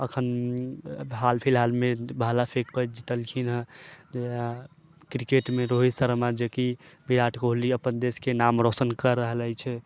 एखन हाल फिलहालमे भाला फेङ्कैके जीतलखिन हँ क्रिकेटमे रोहित शर्मा जे कि विराट कोहली अपन देशके नाम रौशन कऽ रहल अछि